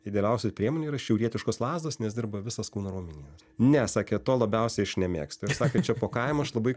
idealiausių priemonių yra šiaurietiškos lazdos nes dirba visas kūno raumenynas ne sakė to labiausiai aš nemėgstu ir sakė čia po kaimą aš labai